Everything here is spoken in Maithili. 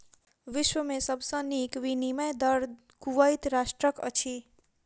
विश्व में सब सॅ नीक विनिमय दर कुवैत राष्ट्रक अछि